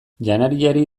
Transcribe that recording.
janariari